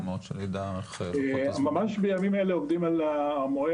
ממש בימים אלה עובדים על המועד,